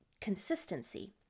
consistency